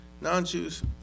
non-Jews